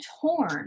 torn